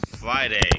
Friday